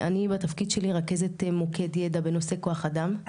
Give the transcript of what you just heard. אני בתפקיד שלי רכזת מוקד ידע בנושא כוח אדם.